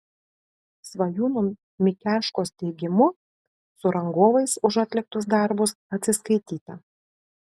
svajūno mikeškos teigimu su rangovais už atliktus darbus atsiskaityta